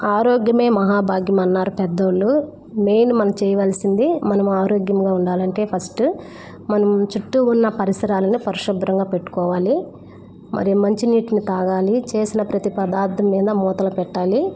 ఆరోగ్యమే మహాభాగ్యం అన్నారు పెద్దవాళ్ళు మెయిన్ మన చేయవలసింది మనము ఆరోగ్యముగా ఉండాలి అంటే ఫస్ట్ మనం చుట్టూ ఉన్న పరిసరాలని పరిశుభ్రంగా పెట్టుకోవాలి మరియు మంచి నీటిని తాగాలి చేసిన ప్రతీ పదార్థం మీద మూతలు పెట్టాలి